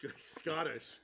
Scottish